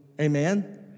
Amen